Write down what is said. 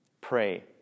pray